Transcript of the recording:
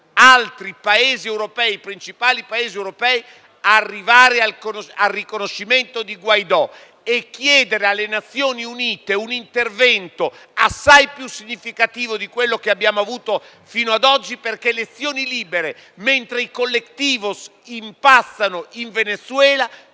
ma non basta. Come i principali Paesi europei, dobbiamo arrivare al riconoscimento di Guaidó e chiedere alle Nazioni Unite un intervento assai più significativo di quello che abbiamo avuto fino ad oggi, perché le elezioni libere mentre i *colectivos* impazzano in Venezuela